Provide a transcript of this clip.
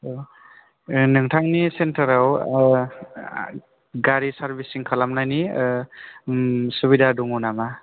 नोंथांनि सेन्टारआव गारि सारभिसिं खालामनायनि सुबिदा दङ नामा